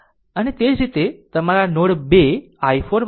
અને તે જ રીતે તમારા નોડ 2 i4 ix i2 છે